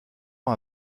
ans